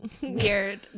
Weird